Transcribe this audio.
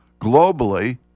Globally